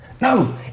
No